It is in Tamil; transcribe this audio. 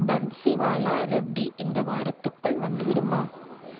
பன்ஸிவாலா ரேவ்டி இந்த வாரத்துக்குள் வந்துவிடுமா